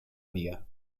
via